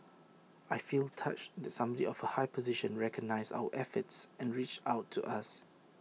I feel touched that someday of A high position recognised our efforts and reached out to us